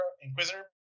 Inquisitor